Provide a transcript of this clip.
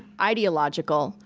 ideological,